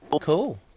cool